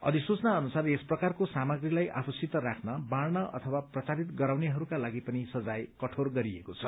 अधिसूचना अनुसार यस प्रकारको सामग्रीलाई आफूसित राख्न बाँड़न अथवा प्रचारित गराउनेहरूका लागि पनि साजय कठोर गरिएको छ